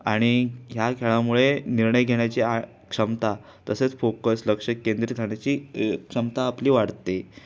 आणि ह्या खेळामुळे निर्णय घेण्याची क्षमता तसेच फोकस लक्ष केंद्रित करण्याची क्षमता आपली वाढते